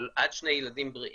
אבל עד שני ילדים בריאים